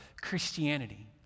Christianity